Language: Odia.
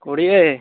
କୋଡ଼ିଏ